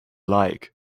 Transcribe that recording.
like